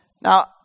Now